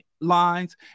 lines